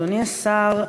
אדוני השר,